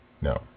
No